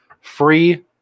free